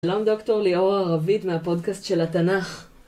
שלום ד"ר ליאור ערבית מהפודקאסט של התנ"ך